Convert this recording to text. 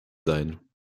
sein